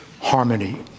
harmony